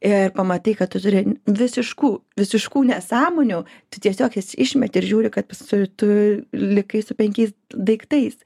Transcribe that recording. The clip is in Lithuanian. ir pamatai kad tu turi visiškų visiškų nesąmonių tu tiesiog juos išmeti ir žiūri kad su tu likai su penkiais daiktais